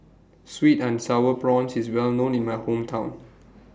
Sweet and Sour Prawns IS Well known in My Hometown